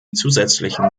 zusätzlichen